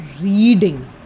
reading